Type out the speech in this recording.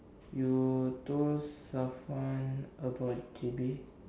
you told Safwan about J_B